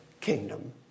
kingdom